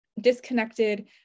disconnected